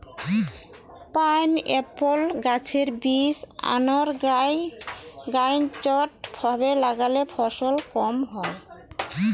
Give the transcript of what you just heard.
pineapple গাছের বীজ unorganised ভাবে লাগালে ফলন কম হয়